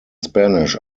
spanish